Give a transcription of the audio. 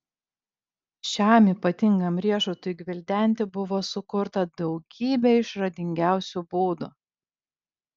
šiam ypatingam riešutui gvildenti buvo sukurta daugybė išradingiausių būdų